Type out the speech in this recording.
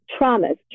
traumas